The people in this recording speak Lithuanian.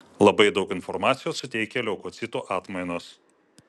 labai daug informacijos suteikia leukocitų atmainos